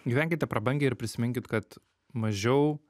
gyvenkite prabangiai ir prisiminkit kad mažiau